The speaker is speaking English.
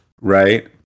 right